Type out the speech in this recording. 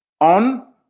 on